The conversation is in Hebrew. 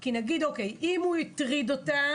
אם הוא הטריד אותה